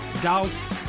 doubts